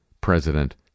president